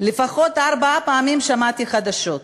לפחות ארבע פעמים שמעתי חדשות,